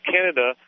Canada